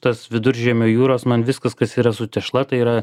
tas viduržemio jūros man viskas kas yra su tešla tai yra